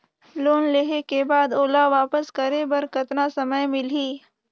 Loan लेहे के बाद ओला वापस करे बर कतना समय मिलही?